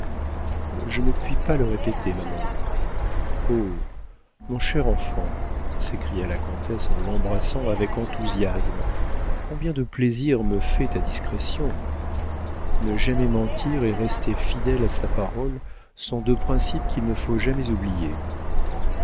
je ne puis pas le répéter maman oh mon cher enfant s'écria la comtesse en l'embrassant avec enthousiasme combien de plaisir me fait ta discrétion ne jamais mentir et rester fidèle à sa parole sont deux principes qu'il ne faut jamais oublier